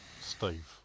Steve